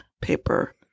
paper